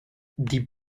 die